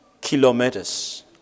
kilometers